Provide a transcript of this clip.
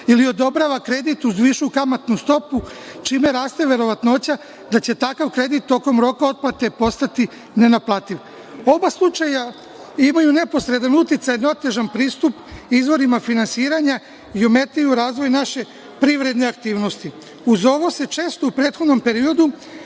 ili odobrava kredit uz višu kamatnu stopu, čime raste verovatnoća da će takav kredit tokom roka otplate postati nenaplativ. U oba slučaja imaju neposredan uticaj na otežan pristup izvorima finansiranja i ometaju razvoj naše privredne aktivnosti. Uz ovo se, često u prethodnom periodu,